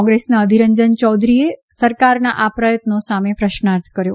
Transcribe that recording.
કોંગ્રેસના અધિરંજન યૌધરીએ સરકારના આ પ્રયત્નો સામે પ્રશ્નાર્થ કર્યો